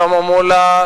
שלמה מולה,